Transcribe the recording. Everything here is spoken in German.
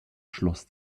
schloss